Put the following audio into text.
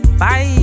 bye